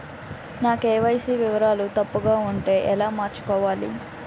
నా కే.వై.సీ వివరాలు తప్పుగా ఉంటే ఎలా మార్చుకోవాలి?